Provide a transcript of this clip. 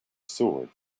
sword